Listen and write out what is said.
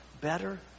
better